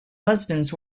husbands